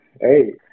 Hey